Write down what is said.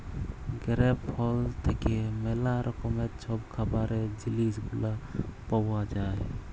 grape ফল থ্যাইকে ম্যালা রকমের ছব খাবারের জিলিস গুলা পাউয়া যায়